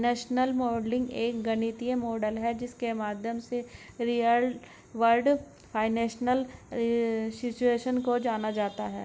financial modelling एक गणितीय model है जिसके माध्यम से रियल वर्ल्ड फाइनेंशियल सिचुएशन को जाना जाता है